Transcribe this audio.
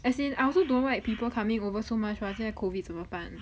as in I also don't like people coming over so much bah 现在 COVID 怎么办